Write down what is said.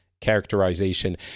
characterization